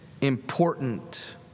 important